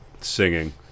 singing